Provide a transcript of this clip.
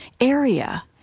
area